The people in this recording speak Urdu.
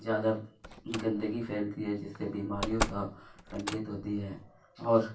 زیادہ گندگی پھیلتی ہے جس سے بیماریوں کا سنکیت ہوتی ہے اور